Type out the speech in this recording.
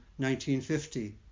1950